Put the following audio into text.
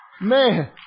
Man